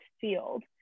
field